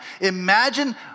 Imagine